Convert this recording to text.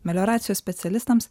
melioracijos specialistams